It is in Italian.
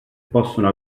possono